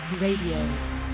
Radio